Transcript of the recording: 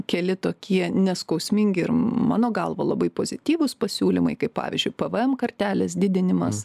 keli tokie neskausmingi ir mano galva labai pozityvūs pasiūlymai kaip pavyzdžiui pvm kartelės didinimas